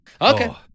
okay